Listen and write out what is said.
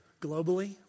globally